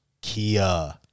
Kia